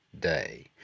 day